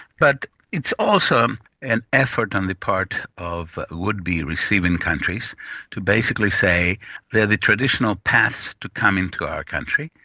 but it's also an effort on the part of would-be receiving countries to basically say there are the traditional paths to come into our country,